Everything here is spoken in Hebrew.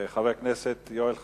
חבר הכנסת יואל חסון?